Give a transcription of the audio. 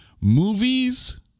movies